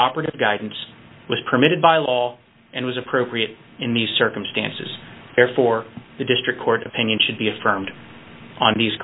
operative guidance was permitted by law and was appropriate in these circumstances therefore the district court opinion should be affirmed on these